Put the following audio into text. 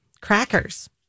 crackers